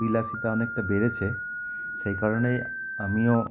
বিলাসীতা অনেকটা বেড়েছে সেই কারণেই আমিও